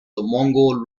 mongol